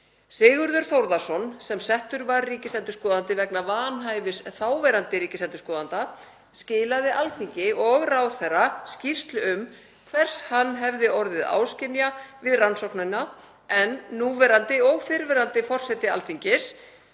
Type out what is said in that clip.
Sigurður Þórðarson, sem settur var ríkisendurskoðandi vegna vanhæfis þáverandi ríkisendurskoðanda, skilaði Alþingi og ráðherra skýrslu um hvers hann hefði orðið áskynja við rannsóknina, en núverandi og fyrrverandi forseti Alþingis